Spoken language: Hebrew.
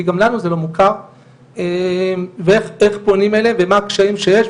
כי גם לנו זה לא מוכר ואיך פונים אליהם ומה הקשיים שיש,